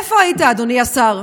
איפה היית, אדוני השר?